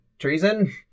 Treason